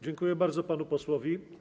Dziękuję bardzo panu posłowi.